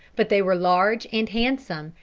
but they were large and handsome,